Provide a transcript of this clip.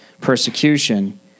persecution